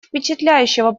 впечатляющего